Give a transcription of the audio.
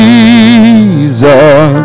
Jesus